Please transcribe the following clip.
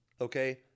Okay